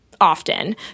often